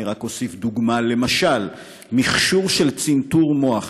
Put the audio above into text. אני רק אוסיף דוגמה, למשל מכשור של צנתור מוח.